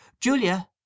Julia